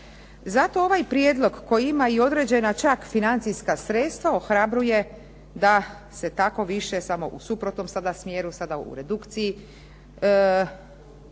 Zato ovaj prijedlog koji ima i određena čak financijska sredstva ohrabruje da se tako više, samo u suprotnom sada smjeru, sada u redukciji